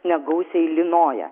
negausiai lynoja